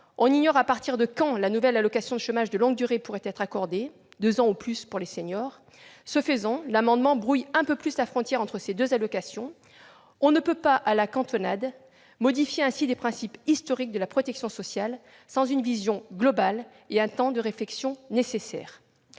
on ignore à partir de quand la nouvelle allocation de chômage longue durée pourrait être accordée : deux ans ou plus pour les seniors ? Ce faisant, l'amendement brouille un peu plus la frontière entre ces deux allocations. On ne peut pas à la cantonade modifier ainsi des principes historiques de la protection sociale sans une vision globale et un temps de réflexion nécessaire.